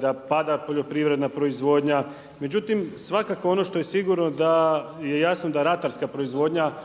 da pada poljoprivredna proizvodnja. Međutim, svakako ono što je sigurno, je jasno da ratarska proizvodnja,